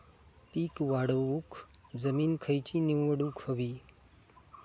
पीक वाढवूक जमीन खैची निवडुक हवी?